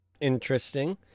interesting